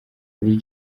uru